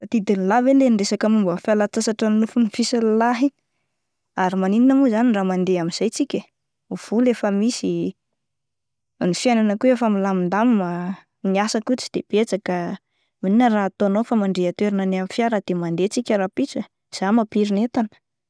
Tadidin'lah ve le niresaka momban'ny fialan-tsasatra nofinofisin'la iny, ary maninona mo zany raha mandeha amin'izay tsika eh, ny vola efa misy ny fiainana koa efa milamindamina ah, ny asa koa tsy de betsaka ah, maninona raha ataonao ny famandran-toerana amin'ny fiara de mandeha tsika rahampitso eh, zah mampirina entana.